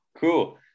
Cool